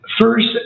First